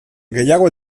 gehiago